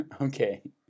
Okay